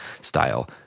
style